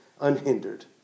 unhindered